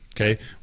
okay